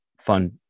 fun